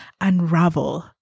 unravel